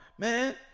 Man